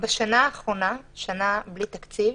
בשנה האחרונה, שנה בלי תקציב,